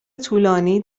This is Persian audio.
طولانی